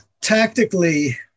tactically